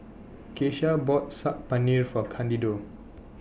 Kesha bought Saag Paneer For Candido